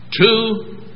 two